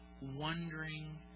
wondering